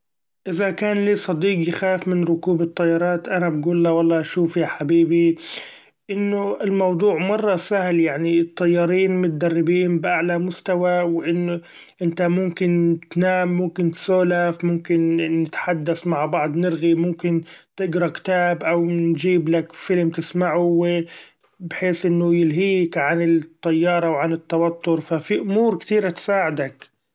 إذا كان لي صديق يخاف من ركوب الطيارات، أنا بقوله والله شوف يا حبيبي إنه الموضوع مرة سهل! يعني الطيارين متدربين بأعلى مستوى ، وإن إنت ممكن تنام ممكن تسولف ممكن نتحدث مع بعض نرغي ممكن تقرا كتاب أو نچيبلك فيلم تسمعه و بحيث إنه يلهيك عن الطيارة وعن التوتر ف في امور كتيرة تساعدك.